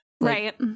Right